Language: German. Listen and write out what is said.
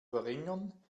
verringern